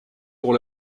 pour